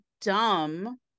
dumb